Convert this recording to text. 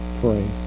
Pray